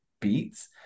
beats